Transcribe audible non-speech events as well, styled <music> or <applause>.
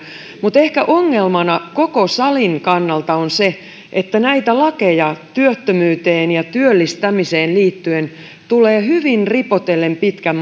mutta ehkä ongelmana koko salin kannalta on se että näitä lakeja työttömyyteen ja työllistämiseen liittyen tulee hyvin ripotellen pitkän <unintelligible>